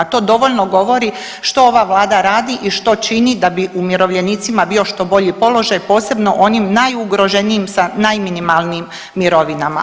To dovoljno govori što ova Vlada radi i što čini da bi umirovljenicima bio što bolji položaj posebno onim najugroženijim sa najminimalnijim mirovinama.